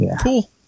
Cool